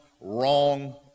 wrong